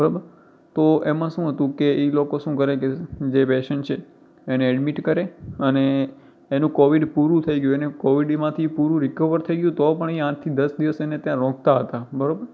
બરોબર તો એમાં શું હતું કે એ લોકો શું કરે જે પેશન્ટ છે એને ઍડમિટ કરે અને એનું કોવિડ પૂરું થઇ ગયું એને કોવિડમાંથી પૂરું રિકવર થઇ ગયું હોય તો પણ આઠથી દસ દિવસ એને ત્યાં રોકતા હતા બરાબર